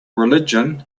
religion